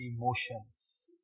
emotions